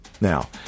Now